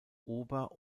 ober